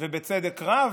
ובצדק רב,